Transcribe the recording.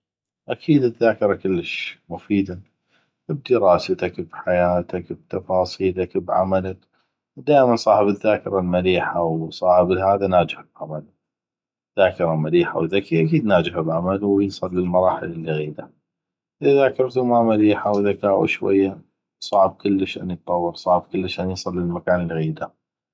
اكيد الذاكره كلش مفيده بدراستك بحياتك بتفاصيلك بعملك ودائما صاحب الذاكرة المليحة وصاحب الهذا ناجح بعملو ذاكره مليحه وذكي اكيد ناجح بعملو ويصل للمراحل اللي يغيده اذا ذاكرتو ما مليحه وذكاءو شويه صعب كلش أن يتطور وصعب كلش أن يصل للمكان اللي يغيده